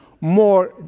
more